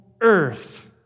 earth